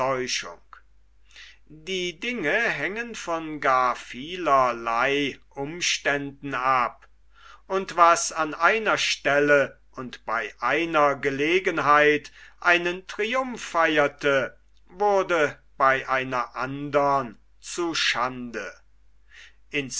die dinge hängen von gar vielerlei umständen ab und was an einer stelle und bei einer gelegenheit einen triumph feierte wurde bei einer andern zu schande